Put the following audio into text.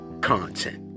content